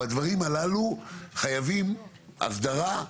בדברים הללו חייבים הסדרה,